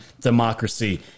democracy